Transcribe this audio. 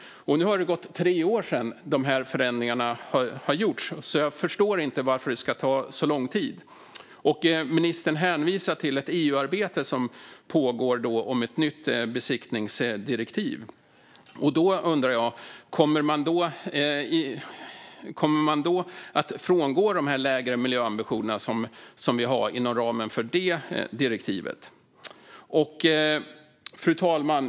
Nu har det gått tre år sedan dessa förändringar gjordes. Jag förstår inte varför det ska ta så lång tid. Ministern hänvisade till ett pågående EU-arbete om ett nytt besiktningsdirektiv. Jag undrar om man kommer att frångå de lägre miljöambitioner som vi har inom ramen för detta direktiv. Fru talman!